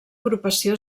agrupació